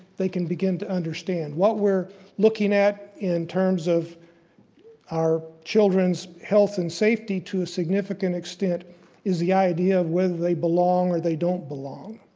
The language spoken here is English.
they can begin to understand. what we're looking at in terms of our children's health and safety to a significant extent is the idea of whether they belong or don't belong.